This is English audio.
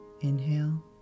Inhale